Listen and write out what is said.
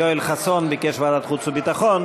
יואל חסון ביקש ועדת החוץ והביטחון,